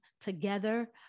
together